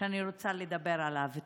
לדבר עליו.